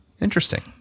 Interesting